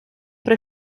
при